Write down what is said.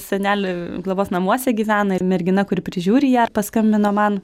senelių globos namuose gyvena ir mergina kuri prižiūri ją paskambino man